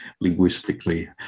linguistically